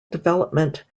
development